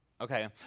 okay